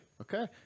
Okay